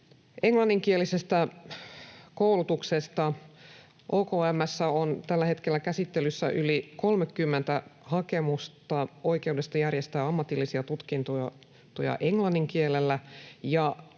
Englanninkielisestä koulutuksesta: OKM:ssä on tällä hetkellä käsittelyssä yli 30 hakemusta oikeudesta järjestää ammatillisia tutkintoja englannin kielellä.